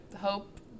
hope